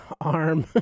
arm